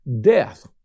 death